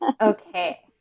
Okay